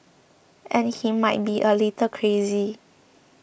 and he might be a little crazy